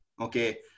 Okay